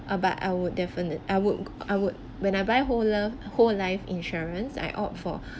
but I would definite I would I would when I buy who love whole life insurance I opt for